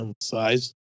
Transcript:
Size